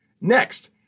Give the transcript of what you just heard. Next